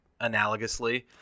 analogously –